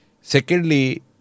secondly